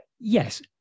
Yes